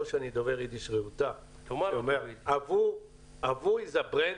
לא שאני דובר יידיש רהוטה שאומר: "וו עס ברענט,